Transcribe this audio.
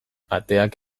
ateak